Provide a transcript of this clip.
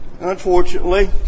Unfortunately